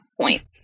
point